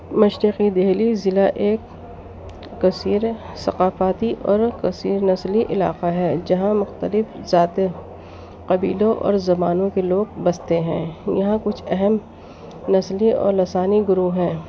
مشرقی دہلی ضلع ایک کثیر ثقافاتی اور کثیر نسلی علاقہ ہے جہاں مختلف ذاتیں قبیلوں اور زبانوں کے لوگ بستے ہیں یہاں کچھ اہم نسلی اور لسانی گروہ ہیں